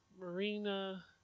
Marina